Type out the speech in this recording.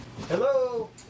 Hello